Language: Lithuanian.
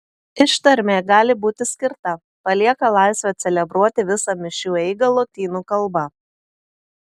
ištarmė gali būti skirta palieka laisvę celebruoti visą mišių eigą lotynų kalba